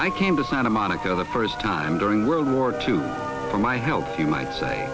i came to santa monica the first time during world war two for my health you might say